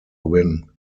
win